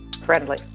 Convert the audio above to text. friendly